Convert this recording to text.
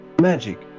Magic